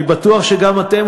אני בטוח שגם אתם,